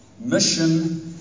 mission